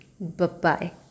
Bye-bye